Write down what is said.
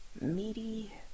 meaty